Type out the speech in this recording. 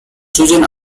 chosen